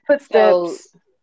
footsteps